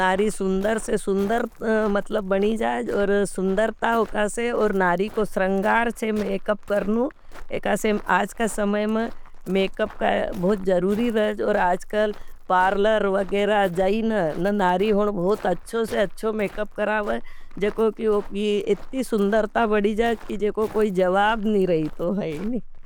नारी सुंदर से सुंदर मतलब बनी जाये। सुंदरता उकोसे और नारी को सिंगार है मेकप करना से, ऐसा आज का समय मेकअप में जरूरी रहा है। और आजकल पारलर बहुंत अच्छों मेकप करा वैं। जेकोस ऊकी इत्ती सुंदरता बढ़ी जाये जोको कोई जवाब नहीं रहे है।